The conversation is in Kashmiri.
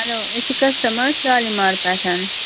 ہٮ۪لو أسۍ چھِ کَسٹمَر شالیٖمار پٮ۪ٹھ